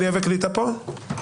עלייה וקליטה פה?